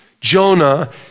Jonah